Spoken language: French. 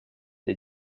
les